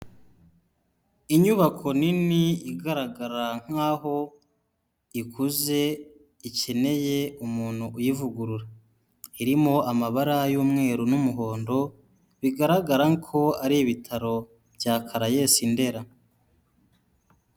Inyubako nini igaragara nk'aho ikuze ikeneye umuntu uyivugurura, irimo amabara y'umweru n'umuhondo bigaragara ko ari ibitaro bya Caraes Ndera.